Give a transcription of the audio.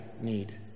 need